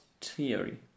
theory